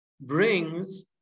brings